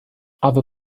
other